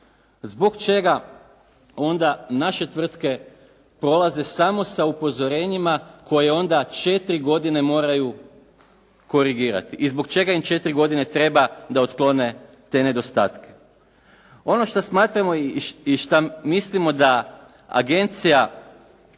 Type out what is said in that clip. Zbog čega onda naše tvrtke prolaze samo sa upozorenjima koje onda četiri godine moraju korigirati i zbog čega im četiri godine treba da otklone te nedostatke? Ono što smatramo i što mislimo da agencija